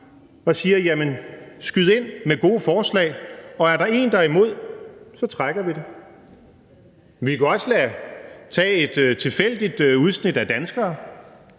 Man siger: Skyd ind med gode forslag, og er der en, der er imod, trækker vi det. Vi kunne også tage et tilfældigt udsnit af danskerne.